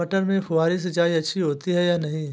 मटर में फुहरी सिंचाई अच्छी होती है या नहीं?